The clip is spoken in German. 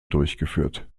durchgeführt